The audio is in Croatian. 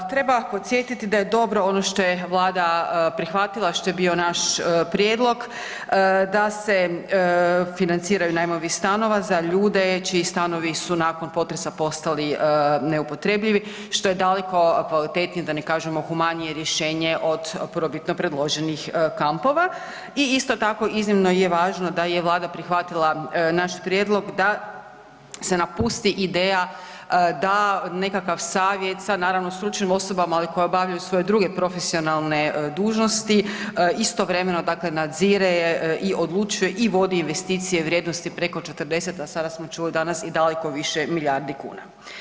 Treba podsjetiti da je dobro ono što je Vlada prihvatila a što je bio naš prijedlog, da se financiraju najmovi stanova za ljude čiji stanovi su nakon potresa postali neupotrebljivi, što je daleko kvalitetnije da ne kažemo humanije rješenje od prvobitno predloženih kampova i isto tako iznimno je važno da je Vlada prihvatila naš prijedlog da se napusti ideja, da nekakav savjet sa naravno stručnim osobama koje obavljaju svoje druge profesionalne dužnosti, istovremeno, dakle nadzire i odlučuje i vodi investicije vrijednosti preko 40 a sada smo čuli danas, i daleko više milijardi kuna.